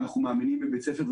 אנחנו מאמינים בבית הספר,